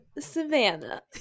Savannah